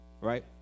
right